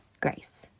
grace